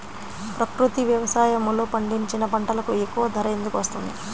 ప్రకృతి వ్యవసాయములో పండించిన పంటలకు ఎక్కువ ధర ఎందుకు వస్తుంది?